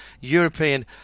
European